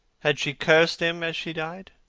had she cursed him, as she died?